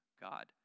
God